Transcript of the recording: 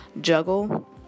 juggle